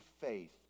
faith